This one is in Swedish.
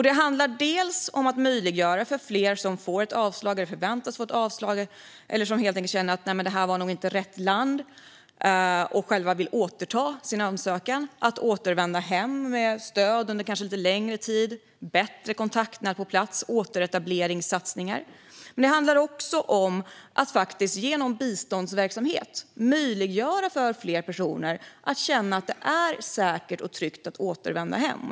Det handlar om att möjliggöra för fler som får eller förväntas få avslag eller som helt enkelt känner att det här var nog inte rätt land och själva vill återta sin ansökan att återvända hem med stöd under kanske lite längre tid, bättre kontaktnät på plats och återetableringssatsningar. Men det handlar också om att genom biståndsverksamhet möjliggöra för fler personer att känna att det är säkert och tryggt att återvända hem.